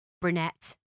brunette